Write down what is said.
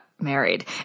married